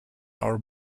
are